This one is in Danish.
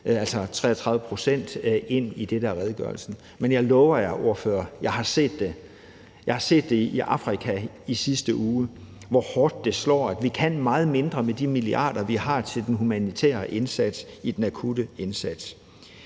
til 33 pct., i redegørelsen. Men jeg lover jer, ordførere: Jeg har set det. Jeg så det i Afrika i sidste uge, altså hvor hårdt det slår, i forhold til at vi kan meget mindre med de milliarder, vi har til den humanitære indsats i den akutte situation.